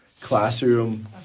classroom